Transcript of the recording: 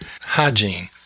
hygiene